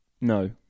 No